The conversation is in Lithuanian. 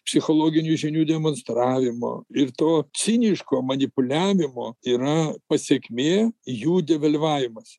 psichologinių žinių demonstravimo ir to ciniško manipuliavimo yra pasekmė jų devalvavimas